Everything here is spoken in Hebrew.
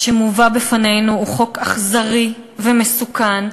שמובא בפנינו הוא חוק אכזרי ומסוכן,